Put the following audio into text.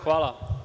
Hvala.